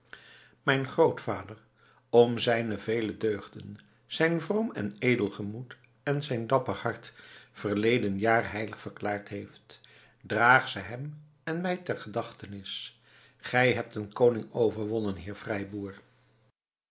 mijn grootvader om zijne vele deugden zijn vroom en edel gemoed en zijn dapper hart verleden jaar heilig verklaard heeft draag ze hem en mij ter gedachtenis gij hebt een koning overwonnen heer